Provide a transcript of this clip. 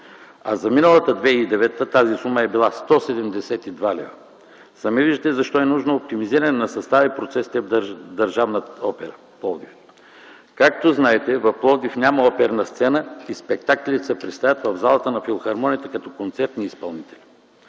За миналата, 2009 г., тази сума е била 172 лв.! Сами виждате защо е нужно оптимизиране на състава в Държавна опера – Пловдив. Както знаете, в Пловдив няма оперна сцена и спектаклите се представят в залата на филхармонията като концертни изпълнители.